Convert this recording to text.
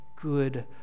good